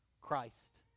Christ